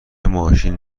ماشین